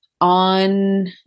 on